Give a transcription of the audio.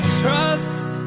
trust